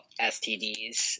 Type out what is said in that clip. STDs